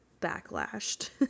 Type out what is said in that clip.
backlashed